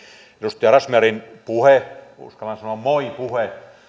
edustaja razmyarin uskallan sanoa moi puhe